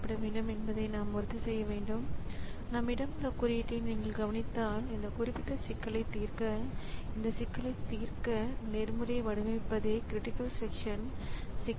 எனவே ஸிபியு நேரடியாக டிவைஸிற்கு டேட்டாவை அனுப்பாது ஆனால் இது இந்த பஃபருக்கு அனுப்புகிறது மேலும் இந்த பஃபரிலிருந்து டிவைஸ் கன்ட்ரோலர்கள் டிவைஸிற்கு ரைட் செய்கிறது